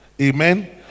amen